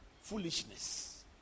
Foolishness